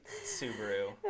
Subaru